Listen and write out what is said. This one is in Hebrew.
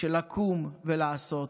של לקום ולעשות.